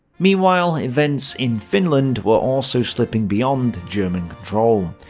meanwhile, events in finland were also slipping beyond german control.